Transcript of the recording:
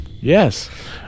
Yes